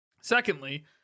Secondly